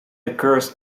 occurs